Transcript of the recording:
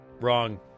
wrong